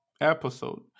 episode